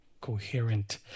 coherent